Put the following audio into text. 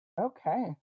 Okay